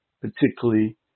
particularly